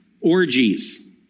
orgies